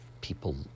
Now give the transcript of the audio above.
people